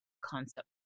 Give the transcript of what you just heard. concept